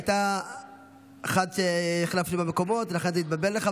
הייתה אחת שהחלפתי בין המקומות ולכן זה התבלבל לך,